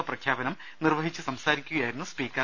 O പ്രഖ്യാപനം നിർവഹിച്ച് സംസാരിക്കുകയായിരുന്നു സ്പീക്കർ